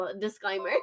Disclaimer